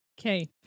Okay